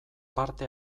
parte